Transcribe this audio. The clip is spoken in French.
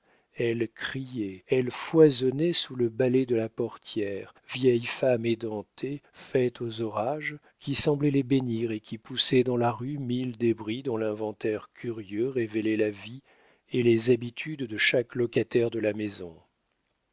elle criait elle foisonnait sous le balai de la portière vieille femme édentée faite aux orages qui semblait les bénir et qui poussait dans la rue mille débris dont l'inventaire curieux révélait la vie et les habitudes de chaque locataire de la maison